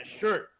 shirt